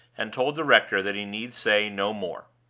and told the rector that he need say no more.